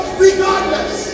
regardless